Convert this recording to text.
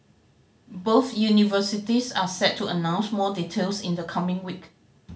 both universities are set to announce more details in the coming week